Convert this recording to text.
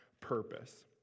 purpose